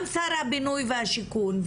גם שר הבינוי והשיכון,